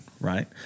right